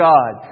God